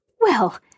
Well